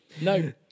no